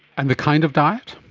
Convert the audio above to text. and the kind of diet?